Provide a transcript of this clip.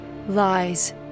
lies